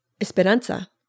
Esperanza